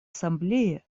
ассамблеи